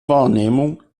wahrnehmung